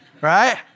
right